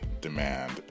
demand